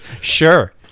Sure